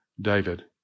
David